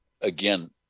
again